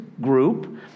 group